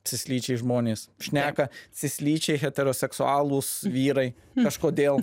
cislyčiai žmonės šneka cislyčiai heteroseksualūs vyrai kažkodėl